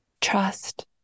trust